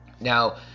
Now